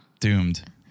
Doomed